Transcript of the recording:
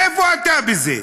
איפה אתה בזה?